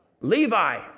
Levi